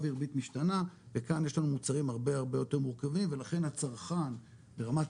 וריבית משתנה וכאן יש לנו מוצרים הרבה יותר מורכבים ולכן הצרכן ברמת